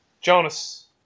Jonas